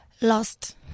lost